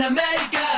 America